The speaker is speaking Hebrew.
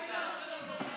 אין דבר כזה.